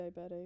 diabetic